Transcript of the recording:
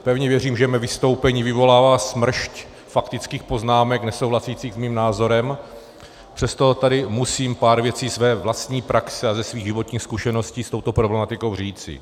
Pevně věřím, že mé vystoupení vyvolává smršť faktických poznámek nesouhlasících s mým názorem, přesto tady musím pár věcí ze své vlastní praxe a ze svých životních zkušeností s touto problematikou říci.